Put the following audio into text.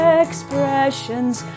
expressions